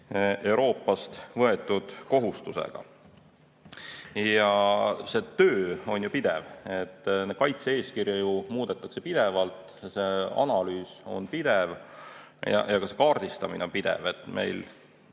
Euroopast võetud kohustusega. See töö on ju pidev. Kaitse-eeskirju muudetakse pidevalt, analüüs on pidev ja ka kaardistamine on pidev. Iga